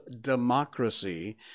democracy